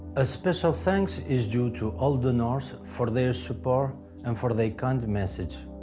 a special thanks is due to all donors for their support and for their kind messages.